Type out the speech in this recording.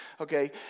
okay